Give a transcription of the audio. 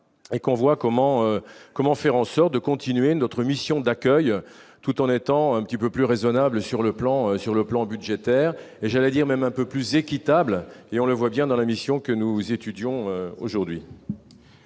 et qu'on voit comment, comment faire en sorte de continuer notre mission d'accueil tout en étant un petit peu plus raisonnable sur le plan sur le plan budgétaire et j'allais dire, même un peu plus équitable et on le voit bien dans la mission que nous étudions aujourd'hui.